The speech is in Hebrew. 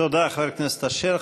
תודה, חבר הכנסת אשר.